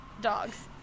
Dogs